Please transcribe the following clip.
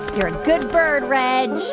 you're a good bird, reg